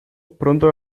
pronto